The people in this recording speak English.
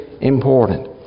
important